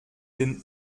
den